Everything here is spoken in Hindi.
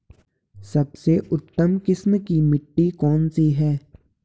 सबसे उत्तम किस्म की मिट्टी कौन सी है?